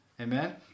Amen